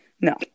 no